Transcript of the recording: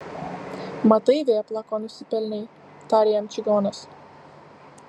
matai vėpla ko nusipelnei tarė jam čigonas